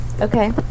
Okay